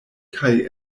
kaj